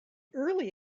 early